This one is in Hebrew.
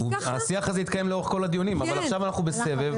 השיח הזה התקיים בכול הדיונים אבל עכשיו אנחנו בסבב,